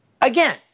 again